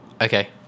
Okay